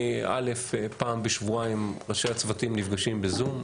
א' פעם בשבועיים ראשי הצוותים נפגשים בזום,